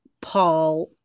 Paul